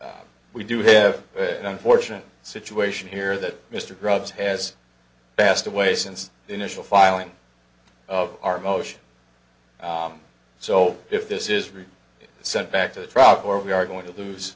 we do have an unfortunate situation here that mr grubbs has passed away since the initial filing of our motion so if this is really sent back to the truck or we are going to lose